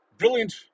Brilliant